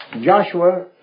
Joshua